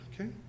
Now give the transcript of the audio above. okay